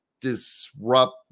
disrupt